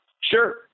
Sure